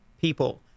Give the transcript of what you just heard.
people